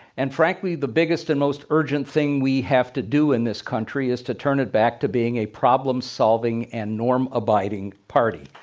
and frankly, the biggest and most urgent thing we have to do in this country is to turn it back to being a problem solving and norm abiding party.